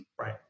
Right